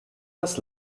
das